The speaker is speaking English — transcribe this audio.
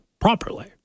properly